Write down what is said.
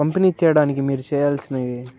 పంపిణీ చేయడానికి మీరు చేయాల్సినయి